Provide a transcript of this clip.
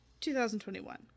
2021